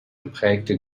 geprägte